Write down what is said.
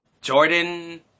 Jordan